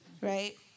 right